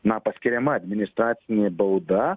na paskiriama administracinė bauda